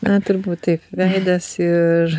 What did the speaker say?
na turbūt taip veidas ir